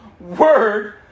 word